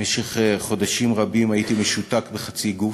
במשך חודשים רבים הייתי משותק בחצי גוף.